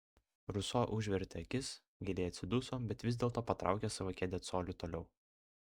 ruso užvertė akis giliai atsiduso bet vis dėlto patraukė savo kėdę coliu toliau